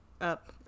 up